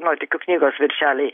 nuotykių knygos viršeliai